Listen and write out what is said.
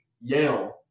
Yale